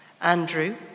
Andrew